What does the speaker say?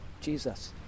Jesus